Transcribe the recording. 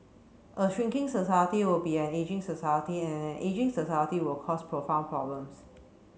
a shrinking society will be an ageing society and an ageing society will cause profound problems